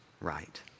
right